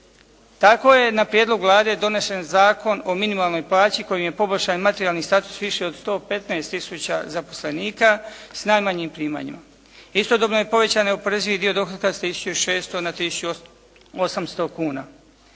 Tako je na prijedlog Vlade donesen Zakon o minimalnoj plaći kojom je poboljšan i materijalni status više od 115 tisuća zaposlenika sa najmanjim primanjima. Istodobno je povećan neoporezivi dio dohotka sa 1600 na 1800 kuna.